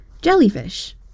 Jellyfish